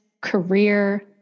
career